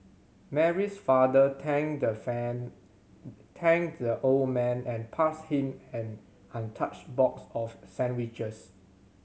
Mary's father thanked the fan thanked the old man and passed him an untouched box of sandwiches